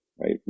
right